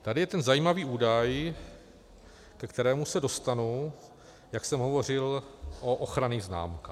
Tady je ten zajímavý údaj, ke kterému se dostanu, jak jsem hovořil o ochranných známkách.